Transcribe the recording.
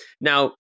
now